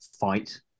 fight